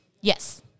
Yes